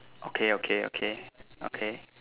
okay okay okay okay